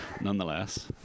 nonetheless